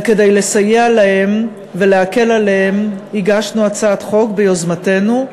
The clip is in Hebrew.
וכדי לסייע להם ולהקל עליהם הגשנו הצעת חוק ביוזמתנו,